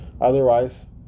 Otherwise